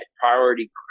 priority